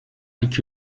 iki